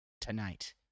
Tonight